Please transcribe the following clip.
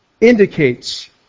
indicates